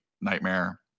nightmare